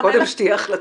שקודם תהיה החלטת ממשלה.